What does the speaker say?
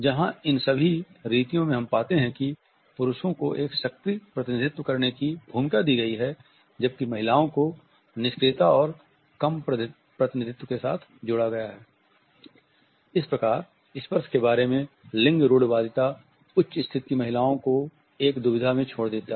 जहां इन सभी रीतियों में हम पाते हैं कि पुरुषों को एक सक्रिय प्रतिनिधित्व करने की भूमिका दी गई है जबकि महिलाओं को निष्क्रियता और कम प्रतिनिधित्व के साथ जोड़ा गया इस प्रकार स्पर्श के बारे में लिंग रूढ़िवादिता उच्च स्थिति की महिलाओं को एक दुविधा में छोड़ देता है